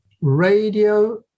Radio